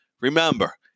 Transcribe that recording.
Remember